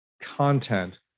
content